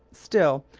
still,